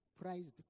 prized